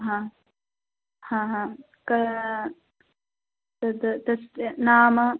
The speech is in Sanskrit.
हा हा हा का तद् तस्य नाम